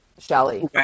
Shelly